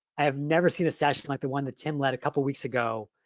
i have never seen a session like the one that tim lead a couple weeks ago.